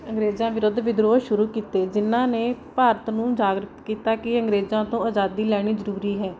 ਅੰਗਰੇਜ਼ਾਂ ਵਿਰੁੱਧ ਵਿਦਰੋਹ ਸ਼ੁਰੂ ਕੀਤੇ ਜਿਹਨਾਂ ਨੇ ਭਾਰਤ ਨੂੰ ਜਾਗਰਿਤ ਕੀਤਾ ਕਿ ਅੰਗਰੇਜ਼ਾਂ ਤੋਂ ਆਜ਼ਾਦੀ ਲੈਣੀ ਜ਼ਰੂਰੀ ਹੈ